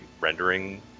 rendering